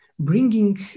bringing